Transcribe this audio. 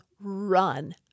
run